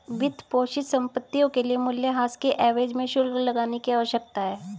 वित्तपोषित संपत्तियों के लिए मूल्यह्रास के एवज में शुल्क लगाने की आवश्यकता है